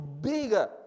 bigger